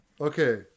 Okay